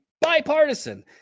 bipartisan